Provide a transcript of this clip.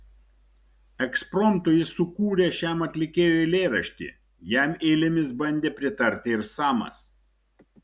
ekspromtu jis sukūrė šiam atlikėjui eilėraštį jam eilėmis bandė pritarti ir samas